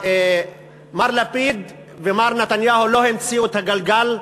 מר לפיד ומר נתניהו לא המציאו את הגלגל,